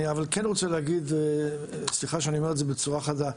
אני כן רוצה להגיד וסליחה שאני אומר את זה בצורה חדה.